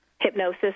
hypnosis